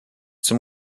zum